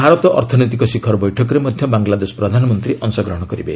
ଭାରତ ଅର୍ଥନୈତିକ ଶିଖର ବୈଠକରେ ମଧ୍ୟ ବାଂଲାଦେଶ ପ୍ରଧାନମନ୍ତ୍ରୀ ଅଂଶଗ୍ରହଣ କରିବେ